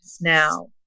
now